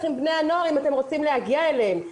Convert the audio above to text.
עם בני הנוער אם אתם רוצים להגיע אליהם.